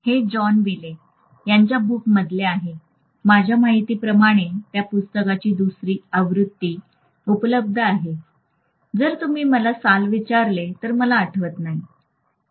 हे John Wiley यांच्या book मधले आहे माझ्या माहिती प्रमाणे त्या पुस्तकाची दुसरी आवृत्ती उपलब्ध आहे जर तुम्ही मला साल विचारले तर मला आठवत नाही